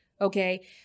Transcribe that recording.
okay